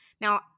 Now